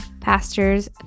pastors